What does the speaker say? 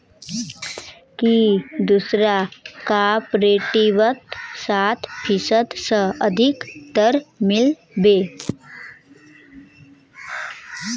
की दूसरा कॉपरेटिवत सात फीसद स अधिक दर मिल बे